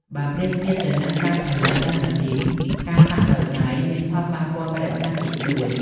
បើប្រៀបធៀបទៅនឹងការផលិតដោយម៉ាស៊ីន ការប៉ាក់ដោយដៃមាន ផលប៉ះពាល់បរិស្ថានតិចតួច។